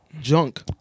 junk